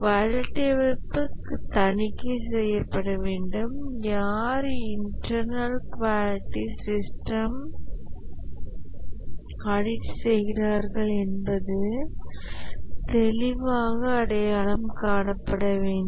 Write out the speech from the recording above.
quality அமைப்பு தணிக்கை செய்யப்பட வேண்டும் யார் இன்டர்னல் குவாலிட்டி சிஸ்டம் ஆடிட் செய்கிறார்கள் என்பது தெளிவாக அடையாளம் காணப்பட வேண்டும்